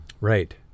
Right